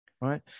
right